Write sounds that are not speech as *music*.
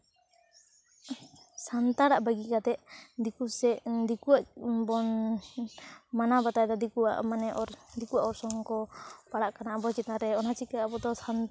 ᱥᱟᱱᱛᱟᱲᱟᱜ ᱵᱟᱹᱜᱤ ᱠᱟᱛᱮᱫ ᱫᱤᱠᱩ ᱥᱮᱫ ᱫᱤᱠᱩᱣᱟᱜ ᱵᱚᱱ ᱢᱟᱱᱟᱣ ᱵᱟᱛᱟᱣᱮᱫᱟ ᱫᱤᱠᱩᱣᱟᱜ ᱢᱟᱱᱮ ᱟᱨ ᱫᱤᱠᱩᱣᱟᱜ ᱚᱨᱥᱚᱝ ᱠᱚ ᱯᱟᱲᱟᱜ ᱠᱟᱱᱟ ᱟᱵᱚ ᱪᱮᱛᱟᱱ ᱨᱮ ᱚᱱᱟ ᱪᱤᱠᱟᱹ ᱟᱵᱚ ᱫᱚ *unintelligible*